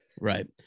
Right